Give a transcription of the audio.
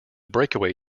breakaway